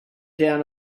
down